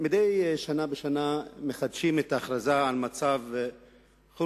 מדי שנה בשנה מחדשים את ההכרזה על מצב חירום,